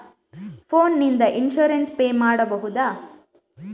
Phone ನಿಂದ insurance pay ಮಾಡಬಹುದ?